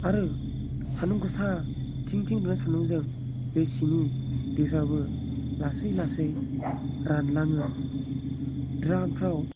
आरो सान्दुं गोसा थिं थिं दुंनाय सान्दुंजों बे सिनि दैफ्राबो लासै लासै रानलाङो द्रामफ्राव